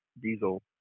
diesel